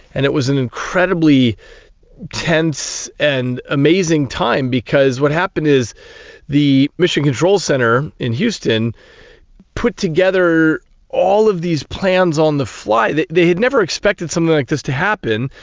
and it was an incredibly tense and amazing time because what happened is the mission control centre in houston put together all of these plans on the fly. they they had never expected something like this to happen,